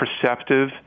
perceptive